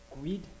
greed